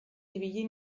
ibili